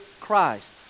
Christ